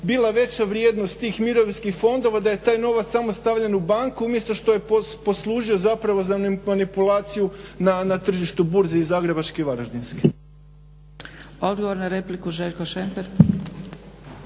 veća vrijednost tih mirovinskih fondova da je taj novac samo stavljen u banku umjesto što je poslužio za manipulaciju na tržištu burze i zagrebačke i varaždinske.